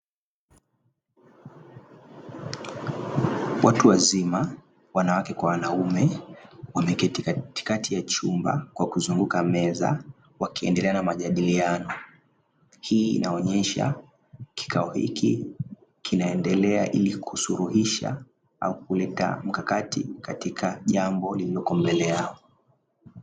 Watu wazima wanawake kwa wanaume wameketi katikati ya chumba wakizunguka meza wakiendelea na majadiliano, hii inaonyesha kikao hiki kinaendelea ili kusuluhisha au kuleta mkakati katika jambo lililoko mbele yao.